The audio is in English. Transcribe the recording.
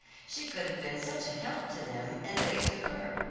she could have been such a help to them, and they to her.